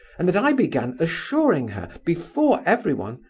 and that i began assuring her, before everyone,